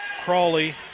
Crawley